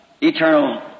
Eternal